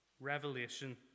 Revelation